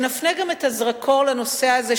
שנפנה את הזרקור גם לנושא הזה,